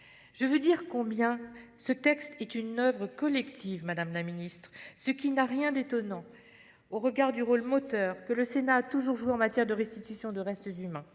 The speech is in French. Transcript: Je veux dire combien ce texte est une oeuvre collective, madame la ministre, ce qui n'a rien d'étonnant au regard du rôle moteur que le Sénat a toujours joué en matière de restitution de restes humains.